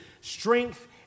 strength